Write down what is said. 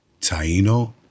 Taino